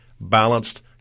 balanced